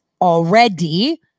already